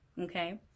okay